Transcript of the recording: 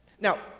Now